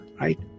right